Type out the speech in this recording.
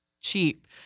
cheap